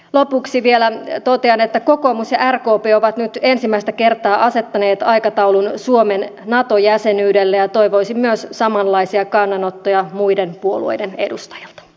lopuksi vielä totean että kokoomus ja rkp ovat nyt ensimmäistä kertaa asettaneet aikataulun suomen nato jäsenyydelle ja toivoisin samanlaisia kannanottoja myös muiden puolueiden edustajilta